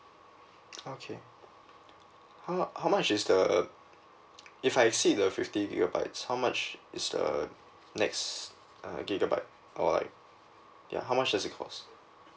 okay how how much is the uh if I exceed the fifty gigabytes how much is the next uh gigabyte or like ya how much does it cost